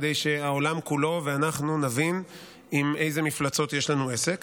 כדי שהעולם כולו ואנחנו נבין עם איזה מפלצות יש לנו עסק.